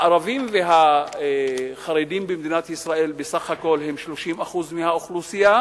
הערבים והחרדים במדינת ישראל בסך הכול הם 30% מהאוכלוסייה,